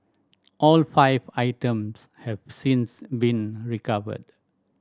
all five items have since been recovered